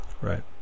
Right